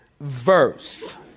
verse